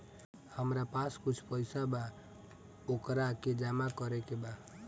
हमरा पास कुछ पईसा बा वोकरा के जमा करे के बा?